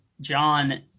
John